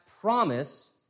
promise